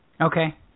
Okay